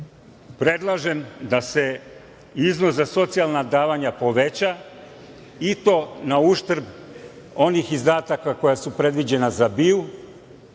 Predlažem da se iznos za socijalna davanja poveća i to na uštrb onih izdataka koja su predviđena za BIA,